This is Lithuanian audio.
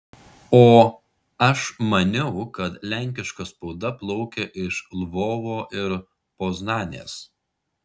o aš maniau kad lenkiška spauda plaukė iš lvovo ir poznanės